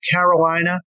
Carolina